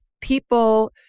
people